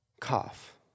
Cough